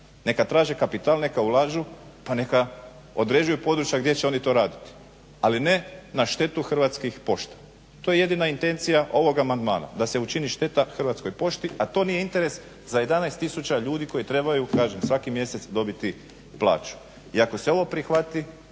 neka traže kapital, neka ulažu pa neka određuju područja gdje će oni to raditi ali ne na štetu Hrvatskih pošta. To je jedina intencija ovog amandmana da se učini šteta Hrvatskoj pošti, a to nije interes za 11000 ljudi koji trebaju kažem svaki mjesec dobiti plaću. I ako se ovo prihvati